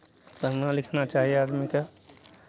पढ़ना लिखना चाही आदमीकेँ